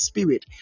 Spirit